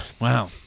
Wow